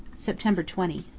september twenty.